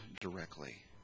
directly